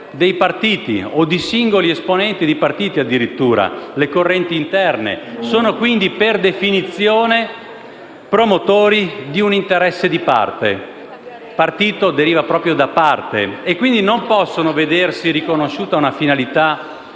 dei partiti, o di singoli esponenti di partiti o delle correnti interne. Quindi, per definizione, sono promotori di un interesse di parte (partito deriva proprio da parte) e pertanto non possono vedersi riconosciuta una finalità